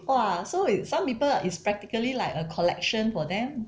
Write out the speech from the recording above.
!wah! so it's some people is practically like a collection for them